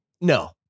No